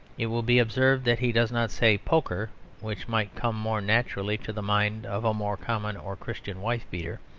it will be observed that he does not say poker which might come more naturally to the mind of a more common or christian wife-beater.